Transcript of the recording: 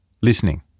listening